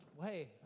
Hey